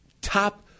top